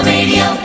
Radio